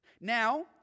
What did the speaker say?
Now